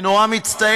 אני נורא מצטער.